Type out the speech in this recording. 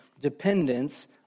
dependence